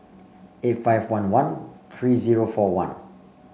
eight five one one three zero four one